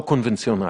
לא קונבנציונלית.